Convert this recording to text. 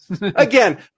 again